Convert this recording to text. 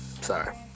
Sorry